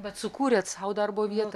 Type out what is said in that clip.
bet sukūrėt sau darbo vietą